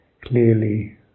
Clearly